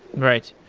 right.